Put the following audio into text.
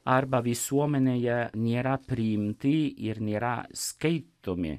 arba visuomenėje nėra priimti ir nėra skaitomi